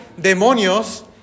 demonios